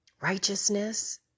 righteousness